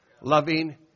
loving